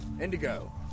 Indigo